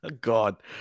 God